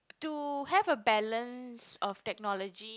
to have a balance of technology